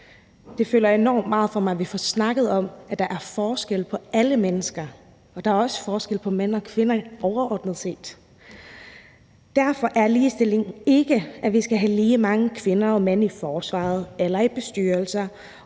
Det fylder enormt meget for mig, at vi får snakket om, at der er forskel på alle mennesker, og at der også er forskel på mænd og kvinder overordnet set. Derfor er ligestilling ikke, at vi skal have lige mange kvinder og mænd i forsvaret eller i bestyrelser,